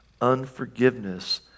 Unforgiveness